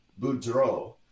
Boudreau